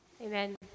Amen